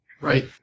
Right